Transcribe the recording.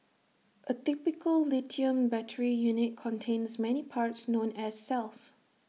A typical lithium battery unit contains many parts known as cells